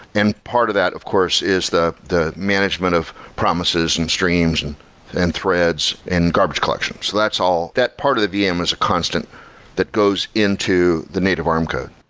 and part of that of course is the the management of promises and streams and and threads and garbage collection. so that's all that part of the vm is a constant that goes into the native arm code.